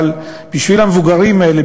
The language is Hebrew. אבל בשביל המבוגרים האלה,